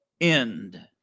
end